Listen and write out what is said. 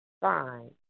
Fine